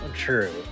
True